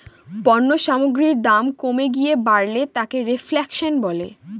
পণ্য সামগ্রীর দাম কমে গিয়ে বাড়লে তাকে রেফ্ল্যাশন বলে